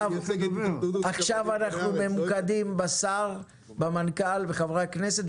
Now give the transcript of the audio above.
עכשיו אנחנו ממוקדים בשר, במנכ"ל ובחברי הכנסת.